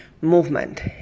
movement